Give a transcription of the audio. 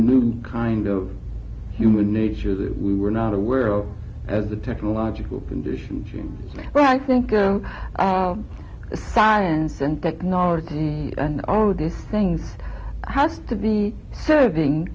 new kind of human nature that we were not aware of as a technological condition jim but i think science and technology and all of this things has to be serving